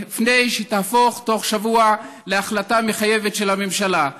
לפני שתהפוך בתוך שבוע להחלטה מחייבת של הממשלה.